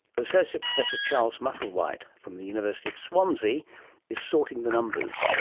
associate professor charles musselwhite from the university of swansea is sorting the numbers.